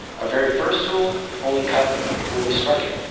our very first tool only cut where we struck it.